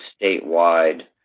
statewide